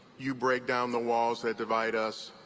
you break down the walls that divide us,